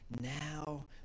now